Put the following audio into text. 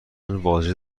واجد